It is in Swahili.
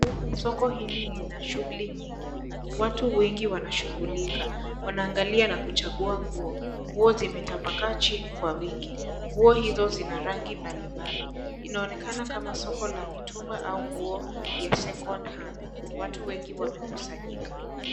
Soko hili lina shughuli nyingi, watu wengi wanashughulika, wanaangalia na kuchagua nguo, nguo zimetapakaa chini kwa wingi, nguo hizo zina rangi mbalimbali, inaonekana kama soko la mitumba au nguo ya (cs)second hand(cs),watu wengi wamekusanyika.